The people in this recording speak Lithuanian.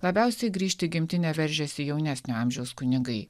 labiausiai grįžti į gimtinę veržiasi jaunesnio amžiaus kunigai